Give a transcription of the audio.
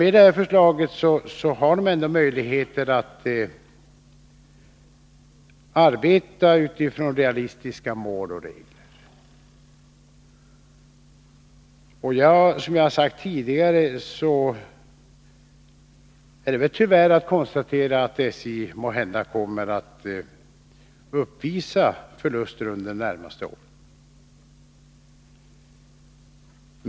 Med detta förslag har SJ ännu möjligheter att arbeta utifrån realistiska mål och regler. Som jag har sagt tidigare måste jag tyvärr konstatera att SJ måhända kommer att uppvisa förluster under de närmaste åren.